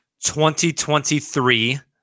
2023